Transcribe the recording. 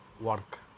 work